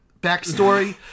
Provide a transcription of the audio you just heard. backstory